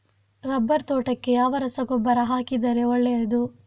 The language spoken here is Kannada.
ರಬ್ಬರ್ ತೋಟಕ್ಕೆ ಯಾವ ರಸಗೊಬ್ಬರ ಹಾಕಿದರೆ ಒಳ್ಳೆಯದು?